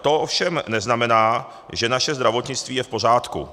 To ovšem neznamená, že naše zdravotnictví je v pořádku.